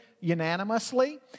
unanimously